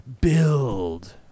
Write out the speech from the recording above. build